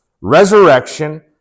resurrection